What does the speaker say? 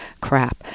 crap